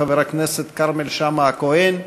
חבר הכנסת כרמל שאמה-הכהן,